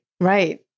right